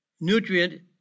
nutrient